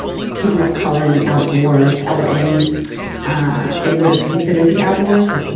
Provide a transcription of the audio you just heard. people of color in the outdoors hour in ah in what is considered the outdoors, because, you